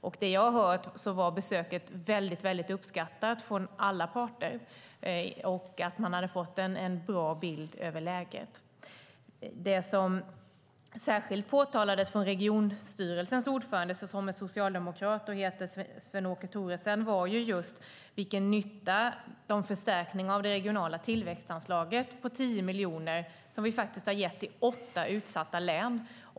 Vad jag har hört var besöket väldigt uppskattat av alla parter, och de hade fått en bra bild av läget. Det som särskilt påtalades av regionstyrelsens ordförande - som är socialdemokrat och heter Sven-Åke Thoresen - var just nyttan av den förstärkning av det regionala tillväxtanslaget på 10 miljoner som vi har gett till åtta utsatta län.